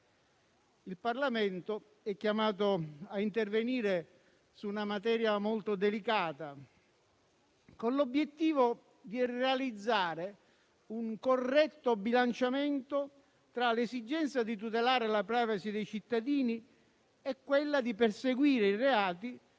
Il Parlamento è chiamato a intervenire su una materia molto delicata, con l'obiettivo di realizzare un corretto bilanciamento tra l'esigenza di tutelare la *privacy* dei cittadini e quella di perseguire i reati,